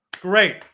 Great